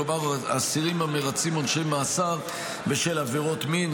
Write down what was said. כלומר אסירים המרצים עונשי מאסר בשל עבירות מין,